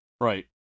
Right